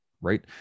right